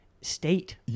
state